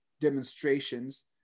demonstrations